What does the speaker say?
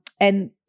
And-